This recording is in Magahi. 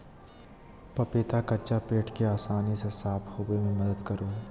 पपीता कच्चा पेट के आसानी से साफ होबे में मदद करा हइ